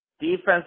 defense